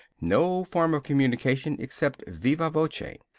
no form of communication except viva voce.